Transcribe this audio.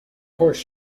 course